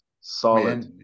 solid